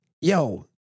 Yo